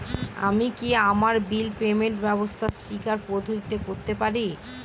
আমি কি আমার বিল পেমেন্টের ব্যবস্থা স্বকীয় পদ্ধতিতে করতে পারি?